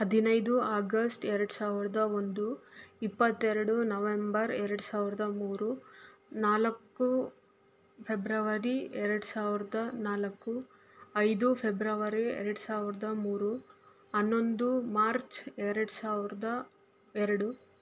ಹದಿನೈದು ಆಗಸ್ಟ್ ಎರಡು ಸಾವಿರದ ಒಂದು ಇಪ್ಪತ್ತೆರಡು ನವೆಂಬರ್ ಎರಡು ಸಾವಿರದ ಮೂರು ನಾಲ್ಕು ಫೆಬ್ರವರಿ ಎರಡು ಸಾವಿರದ ನಾಲ್ಕು ಐದು ಫೆಬ್ರವರಿ ಎರಡು ಸಾವಿರದ ಮೂರು ಹನ್ನೊಂದು ಮಾರ್ಚ್ ಎರಡು ಸಾವಿರದ ಎರಡು